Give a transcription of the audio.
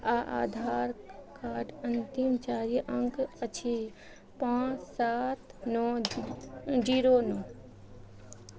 आ आधार कार्ड अन्तिम चारि अङ्क अछि पाँच सात नओ जीरो नओ